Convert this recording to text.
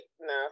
no